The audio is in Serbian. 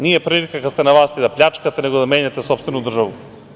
Nije prilika kada ste na vlasti da pljačkate, nego da menjate sopstvenu državu.